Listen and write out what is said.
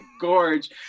Gorge